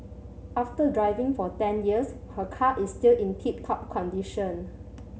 after driving for ten years her car is still in tip top condition